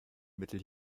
mittel